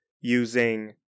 using